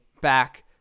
back